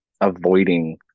avoiding